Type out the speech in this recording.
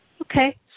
Okay